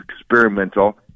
experimental